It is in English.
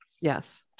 Yes